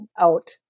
out